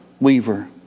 weaver